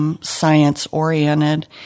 science-oriented